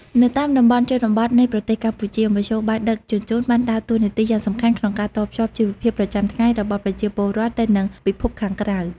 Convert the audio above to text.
នៅតាមតំបន់ជនបទនៃប្រទេសកម្ពុជា មធ្យោបាយដឹកជញ្ជូនបានដើរតួនាទីយ៉ាងសំខាន់ក្នុងការតភ្ជាប់ជីវភាពប្រចាំថ្ងៃរបស់ប្រជាពលរដ្ឋទៅនឹងពិភពខាងក្រៅ។